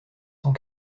cent